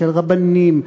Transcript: של רבנים,